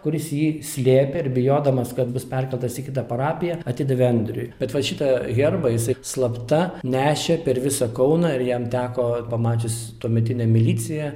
kuris jį slėpė ir bijodamas kad bus perkeltas į kitą parapiją atidavė andriui bet vat šitą herbą jisai slapta nešė per visą kauną ir jam teko pamačius tuometinę miliciją